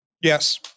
Yes